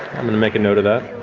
i'm going to make a note of that.